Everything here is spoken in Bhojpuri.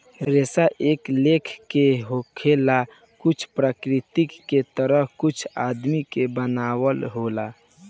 रेसा कए लेखा के होला कुछ प्राकृतिक के ता कुछ आदमी के बनावल होला